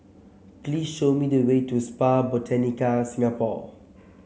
please show me the way to Spa Botanica Singapore